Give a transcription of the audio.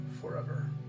forever